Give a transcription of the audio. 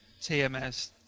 tms